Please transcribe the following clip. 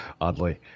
oddly